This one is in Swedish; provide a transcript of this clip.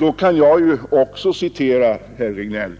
Då kan ju också jag citera, herr Regnéll,